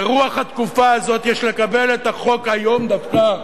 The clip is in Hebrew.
ברוח התקופה הזאת יש לקבל את החוק היום דווקא,